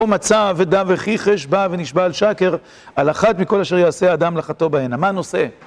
מצא אבדה וכחש בה, ונשבע על שקר, על אחת מכל אשר יעשה האדם לחטא בהנה. מה הנושא?